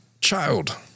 child